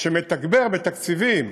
שמתגבר בתקציבים